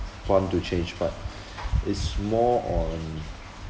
want to change but is more on